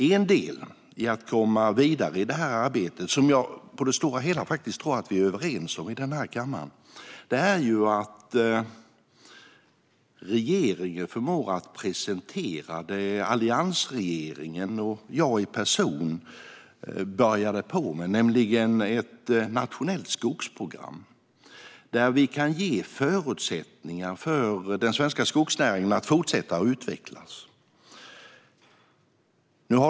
En del i att komma vidare i detta arbete - som jag faktiskt tror att vi på det stora hela är överens om i denna kammare - är att regeringen förmår att presentera det som alliansregeringen och jag personligen påbörjade, nämligen ett nationellt skogsprogram där vi kan ge den svenska skogsnäringen förutsättningar att fortsätta utvecklas.